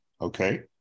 okay